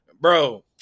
bro